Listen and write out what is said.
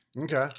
okay